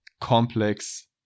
Complex